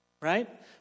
Right